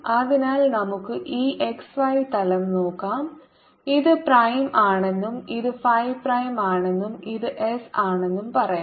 അതിനാൽ നമുക്ക് ഈ x y തലം നോക്കാം ഇത് പ്രൈം ആണെന്നും ഇത് ഫി പ്രൈം ആണെന്നും ഇത് എസ് ആണെന്നും പറയാം